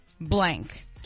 blank